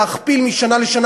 להכפיל משנה לשנה,